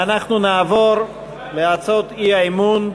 ואנחנו נעבור להצבעות על הצעות האי-אמון.